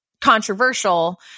controversial